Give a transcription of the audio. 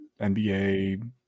NBA